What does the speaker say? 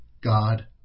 God